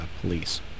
police